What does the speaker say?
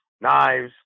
knives